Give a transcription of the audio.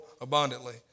abundantly